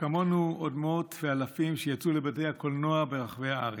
וכמונו עוד מאות ואלפים שיצאו לבתי הקולנוע ברחבי הארץ.